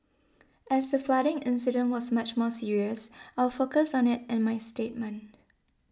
as the flooding incident was much more serious I will focus on it in my statement